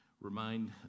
remind